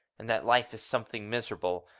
and that life is something miserable,